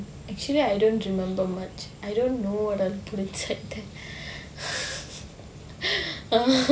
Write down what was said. actually I don't remember much I don't know what I will put inside